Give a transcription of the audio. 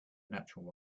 natural